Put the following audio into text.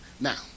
Now